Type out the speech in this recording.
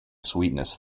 sweetness